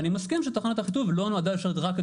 אני מסכים שתחנת אחיטוב לא נועדה לשרת רק את